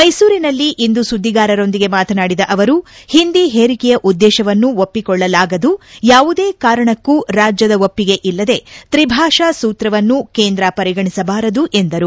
ಮೈಸೂರಿನಲ್ಲಿಂದು ಸುದ್ದಿಗಾರರೊಂದಿಗೆ ಮಾತನಾಡಿದ ಅವರು ಹಿಂದಿ ಹೇರಿಕೆಯ ಉದ್ದೇಶವನ್ನು ಒಪ್ಪಿಕೊಳ್ಳಲಾಗದು ಯಾವುದೇ ಕಾರಣಕ್ಕೂ ರಾಜ್ಯದ ಒಪ್ಪಿಗೆ ಇಲ್ಲದೆ ತ್ರಿಭಾಷಾ ಸೂತ್ರವನ್ನು ಕೇಂದ್ರ ಪರಿಗಣಿಸಬಾರದು ಎಂದರು